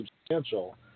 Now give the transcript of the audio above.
substantial